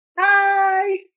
Hi